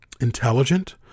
intelligent